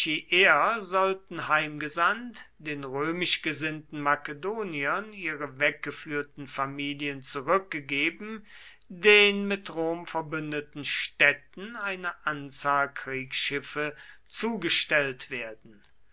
sollten heimgesandt den römisch gesinnten makedoniern ihre weggeführten familien zurückgegeben den mit rom verbündeten städten eine anzahl kriegsschiffe zugestellt werden